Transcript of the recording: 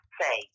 say